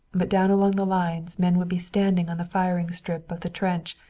but down along the lines men would be standing on the firing step of the trench,